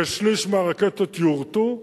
כשליש מהרקטות יורטו,